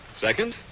Second